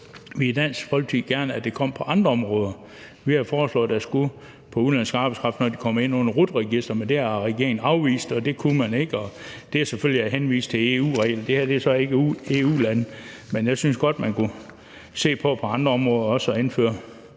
vi i Dansk Folkeparti gerne at der kom på andre områder. Vi har foreslået, at det skulle komme på udenlandsk arbejdskraft, når de kommer ind under RUT-registeret, men det har regeringen afvist, for det kunne man ikke, og der blev henvist til EU-regler. Det her er så ikke EU-lande. Men jeg synes godt, man kunne se på også at indføre